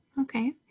okay